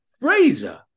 Fraser